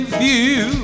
view